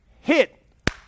Hit